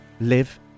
live